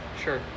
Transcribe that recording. Sure